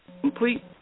complete